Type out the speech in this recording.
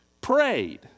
prayed